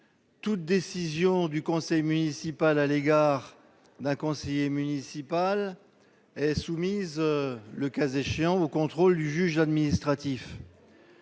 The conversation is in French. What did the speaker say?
toute décision du conseil municipal à l'égard d'un conseiller municipal et soumise, le cas échéant au contrôle du juge administratif.